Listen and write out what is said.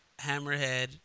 Hammerhead